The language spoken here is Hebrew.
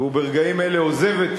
והוא ברגעים אלה עוזב את